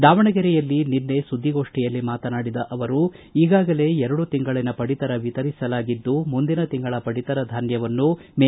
ದಾವಣಗೆರೆಯಲ್ಲಿ ನಿನ್ನೆ ಸುದ್ದಿಗೋಷ್ಠಿಯಲ್ಲಿ ಮಾತನಾಡಿದ ಅವರು ಈಗಾಗಲೇ ಎರಡು ತಿಂಗಳನ ಪಡಿತರ ವಿತರಿಸಲಾಗಿದ್ದು ಮುಂದಿನ ತಿಂಗಳ ಪಡಿತರ ಧಾನ್ಯವನ್ನು ಮೇ